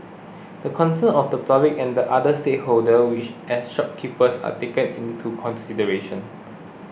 the concerns of the public and the other stakeholders which as shopkeepers are taken into consideration